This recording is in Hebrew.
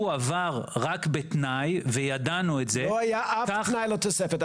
עבר רק בתנאי וידענו את זה -- לא היה אף תנאי לתוספת,